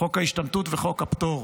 חוק ההשתמטות וחוק הפטור.